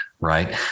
right